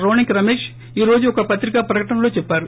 రోణంకి రమేష్ ఈ రోజు ఒక పత్రిక ప్రకటనలో చెప్పారు